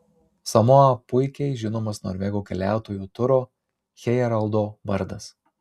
samoa puikiai žinomas norvegų keliautojo turo hejerdalo vardas